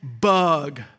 Bug